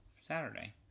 Saturday